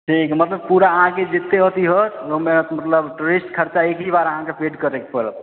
कहैके मतलब पूरा आहाँके जत्ते ओथी होत मतलब टुरिस्ट खर्चा एकही बार अहाँके पेड करैके पड़त